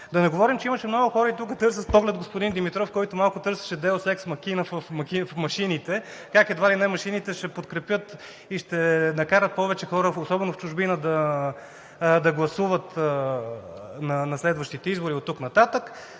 Да не говорим, че имаше много хора – и тук търся с поглед господин Димитров, който малко търсеше деус екс махина как едва ли не машините ще подкрепят и ще накарат повече хора, особено в чужбина да гласуват на следващите избори оттук нататък.